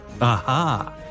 Aha